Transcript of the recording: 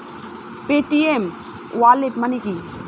Paytm wallet মানে কি?